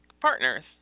partners